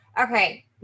Okay